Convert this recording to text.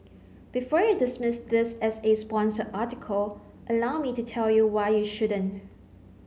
before you dismiss this as a sponsored article allow me to tell you why you shouldn't